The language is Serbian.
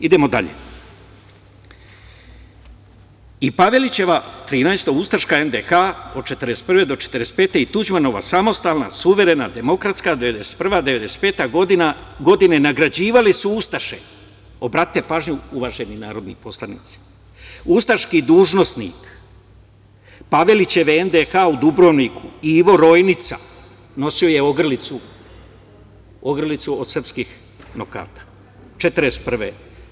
Idemo dalje, i Pavelićeva, trinaesta ustaška NDH od 1941. do 1945. i Tuđmanova samostalna, suverena demokratska 1991. do 1995. godine, nagrađivali su ustaše, obratite pažnju uvaženi narodni poslanici, ustaški dužnosnik, Pavelićeva NDH u Dubrovniku, Ivo Rojnica, nosio je ogrlicu od srpskih nokata 1941. godine.